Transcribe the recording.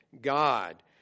God